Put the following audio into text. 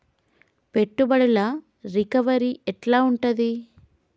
పెట్టుబడుల రికవరీ ఎట్ల ఉంటది?